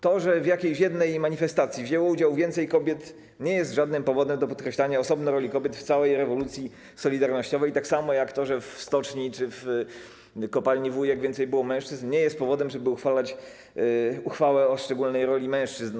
To, że w jakiejś jednej manifestacji wzięło udział więcej kobiet, nie jest żadnym powodem do podkreślania osobno roli kobiet w całej rewolucji solidarnościowej, tak samo jak to, że w stoczni czy w kopalni Wujek więcej było mężczyzn, nie jest powodem, żeby przyjmować uchwałę o szczególnej roli mężczyzn.